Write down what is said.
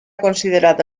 considerado